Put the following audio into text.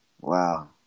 Wow